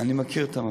אני מכיר את המצב.